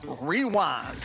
Rewind